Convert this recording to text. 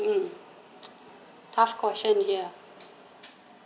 mm tough question here